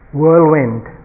Whirlwind